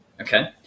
Okay